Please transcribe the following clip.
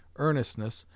earnestness,